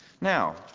Now